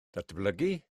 datblygu